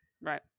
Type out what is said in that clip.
Right